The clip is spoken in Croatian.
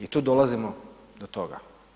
I tu dolazimo do toga.